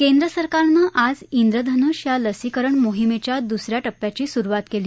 केंद्र सरकारनं आज इंद्रधनुष या लसीकरण मोहीमेच्या दुसऱ्या टप्प्याची सुरुवात केली